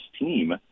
team